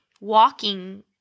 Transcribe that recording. walking